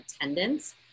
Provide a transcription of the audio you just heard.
attendance